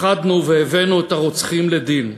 לכדנו והבאנו את הרוצחים לדין.